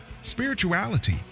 spirituality